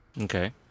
okay